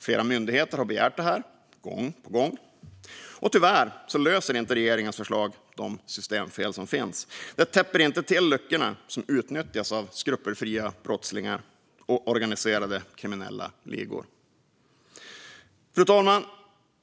Flera myndigheter har också begärt detta gång på gång. Tyvärr löser inte regeringens förslag de systemfel som finns. Det täpper inte till luckorna som utnyttjas av skrupelfria brottslingar och organiserade kriminella ligor. Fru talman!